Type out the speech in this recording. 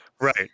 Right